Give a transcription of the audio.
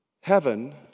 Heaven